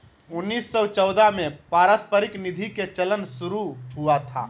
उन्नीस सौ चौदह में पारस्परिक निधि के चलन शुरू हुआ था